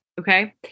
Okay